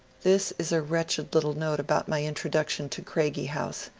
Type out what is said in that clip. this is a wretched little note about my introduction to craigie house,